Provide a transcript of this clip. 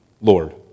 Lord